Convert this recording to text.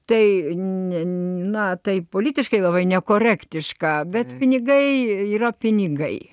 tai ne na taip politiškai labai nekorektiška bet pinigai yra pinigai